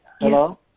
hello